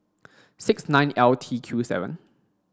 six nine L T Q seven